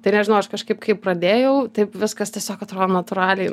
tai nežinau aš kažkaip kaip pradėjau taip viskas tiesiog atro natūraliai